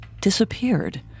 disappeared